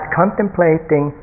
contemplating